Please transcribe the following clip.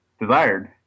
desired